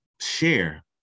share